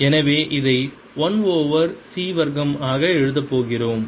எனவே இதை 1 over C வர்க்கம் ஆக எழுதப் போகிறோம்